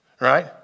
Right